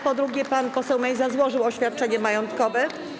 Po drugie, pan poseł Mejza złożył oświadczenie majątkowe.